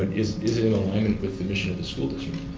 is is in alignment with the mission of the school district?